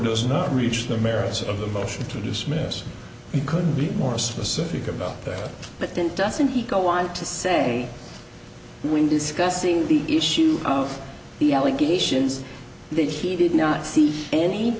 does not reach the merits of the motion to dismiss he couldn't be more specific about that but then doesn't he go want to say when discussing the issue of the allegations that he did not see any